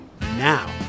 now